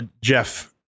jeff